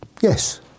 Yes